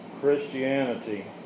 Christianity